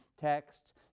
texts